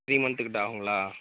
three மந்த்துக்கிட்டே ஆகும்ங்களா